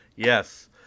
Yes